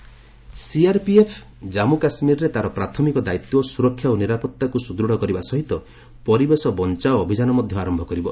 ଜାମ୍ପୁ ସେଭ୍ ସିଆର୍ପିଏଫ୍ ଜାନ୍ମୁ କାଶ୍ମୀରରେ ତାର ପ୍ରାଥମିକ ଦାୟିତ୍ୱ ସୁରକ୍ଷା ଓ ନିରାପତ୍ତାକୁ ସୁଦୃଢ଼ କରିବା ସହିତ ପରିବେଶ ବଞ୍ଚାଓ ଅଭିଯାନ ମଧ୍ୟ ଆରମ୍ଭ କରିବ